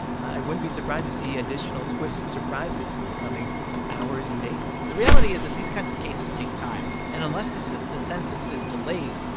i wouldn't be surprised to see additional twists and surprises in the coming hours and days the reality is that these kinds of cases take time. and unless the census is delayed,